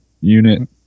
unit